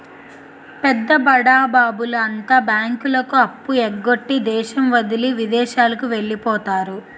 పెద్ద బడాబాబుల అంతా బ్యాంకులకు అప్పు ఎగ్గొట్టి దేశం వదిలి విదేశాలకు వెళ్లిపోతారు